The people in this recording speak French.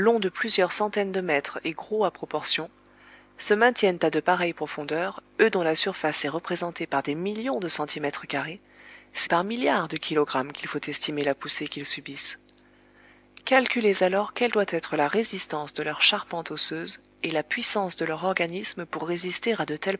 de plusieurs centaines de mètres et gros à proportion se maintiennent à de pareilles profondeurs eux dont la surface est représentée par des millions de centimètres carrés c'est par milliards de kilogrammes qu'il faut estimer la poussée qu'ils subissent calculez alors quelle doit être la résistance de leur charpente osseuse et la puissance de leur organisme pour résister à de telles